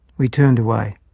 we turned away.